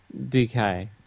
DK